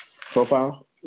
profile